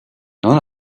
none